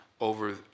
over